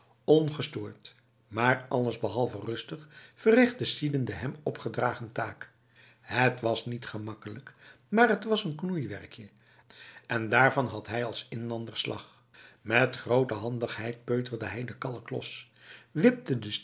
ongestoord maar allesbehalve rustig verrichtte sidin de hem opgedragen taak het was niet gemakkelijk maar het was een knoeiwerkje en daarvan had hij als inlander slag met grote handigheid peuterde hij de kalk los wipte de